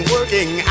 Working